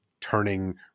turning